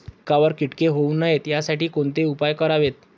पिकावर किटके होऊ नयेत यासाठी कोणते उपाय करावेत?